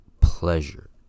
pleasure